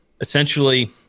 essentially